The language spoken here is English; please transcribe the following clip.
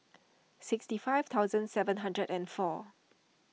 sixty five thousand seven hundred and four